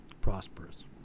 prosperous